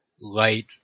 light